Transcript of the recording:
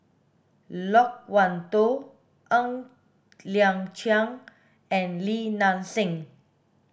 Loke Wan Tho Ng Liang Chiang and Li Nanxing